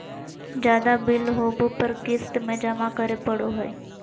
ज्यादा बिल होबो पर क़िस्त में जमा करे पड़ो हइ